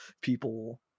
people